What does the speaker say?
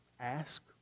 Ask